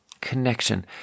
connection